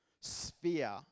sphere